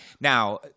Now